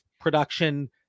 production